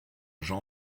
jean